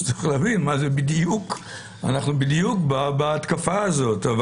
אנחנו בדיוק בהתקפה הזאת.